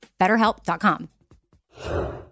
BetterHelp.com